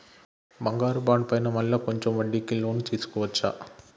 బంగారు బాండు పైన మళ్ళా కొంచెం వడ్డీకి లోన్ తీసుకోవచ్చా?